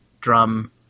drum